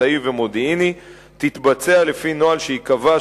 מבצעי ומודיעיני תתבצע לפי נוהל שייקבע,